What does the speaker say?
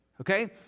okay